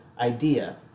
idea